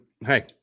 Hey